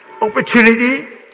opportunity